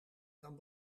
kan